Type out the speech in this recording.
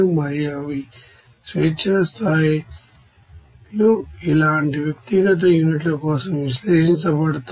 మరియు అవి స్వేచ్ఛా స్థాయిలు ఇలాంటి వ్యక్తిగత యూనిట్ల కోసం విశ్లేషించబడతాయి